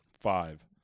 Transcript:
Five